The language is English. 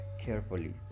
carefully